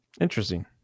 Interesting